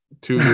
two